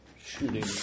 shooting